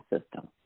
system